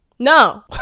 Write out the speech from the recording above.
No